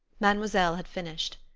mademoiselle had finished.